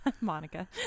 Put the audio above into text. Monica